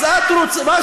אין מדינה יותר דמוקרטית,